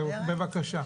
בבקשה.